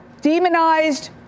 demonized